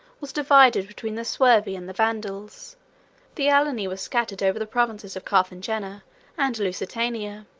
was divided between the suevi and the vandals the alani were scattered over the provinces of carthagena and lusitania,